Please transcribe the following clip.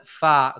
fa